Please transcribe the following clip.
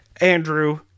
Andrew